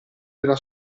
della